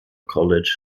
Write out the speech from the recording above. college